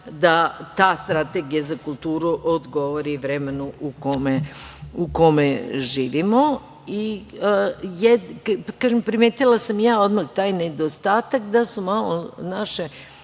da ta strategija za kulturu odgovori vremenu u kome živimo. Kažem, primetila sam ja odmah taj nedostatak, da su malo naše